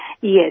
Yes